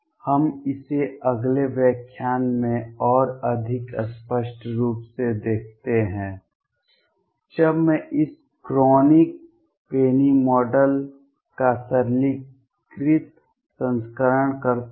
हम इसे अगले व्याख्यान में और अधिक स्पष्ट रूप से देखते हैं जब मैं इस क्रोनिग पेनी मॉडल का सरलीकृत संस्करण करता हूं